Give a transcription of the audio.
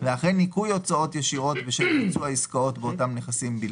ואחרי ניכוי הוצאות ישירות בשל ביצוע עסקאות באותם נכסים באפיק האמור,